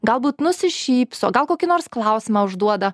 galbūt nusišypso gal kokį nors klausimą užduoda